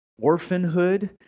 orphanhood